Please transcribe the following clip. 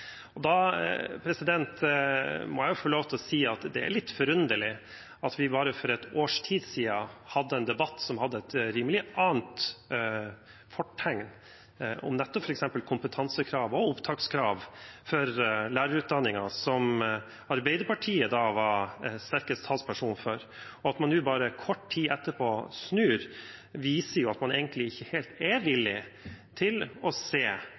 virke. Da må jeg få lov til å si at det er litt forunderlig at vi bare for et års tid siden hadde en debatt som hadde et annet fortegn om nettopp f.eks. kompetansekrav og opptakskrav for lærerutdanningen, som Arbeiderpartiet da var sterkeste talsperson for. At man nå, bare kort tid etterpå, snur, viser at man egentlig ikke helt er villig til å se